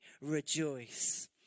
rejoice